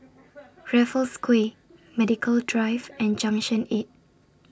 Raffles Quay Medical Drive and Junction eight